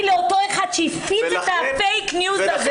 ושלחתי מכתב לאותו אדם שהפיץ את הפייק ניוז הזה.